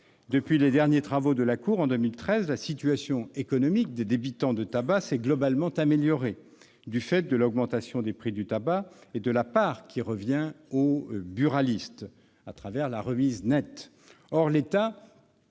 Depuis les derniers travaux de la Cour en 2013, la situation économique des débitants de tabac s'est globalement améliorée, du fait de l'augmentation des prix du tabac et de la part qui revient aux buralistes, à travers la remise nette.